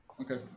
Okay